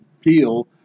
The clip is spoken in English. deal